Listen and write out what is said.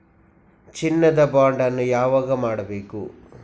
ಚಿನ್ನ ದ ಬಾಂಡ್ ಅನ್ನು ಯಾವಾಗ ಮಾಡಬೇಕು?